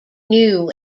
new